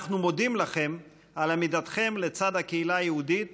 אנחנו מודים לכם על עמידתכם לצד הקהילה היהודית